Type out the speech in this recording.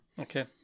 Okay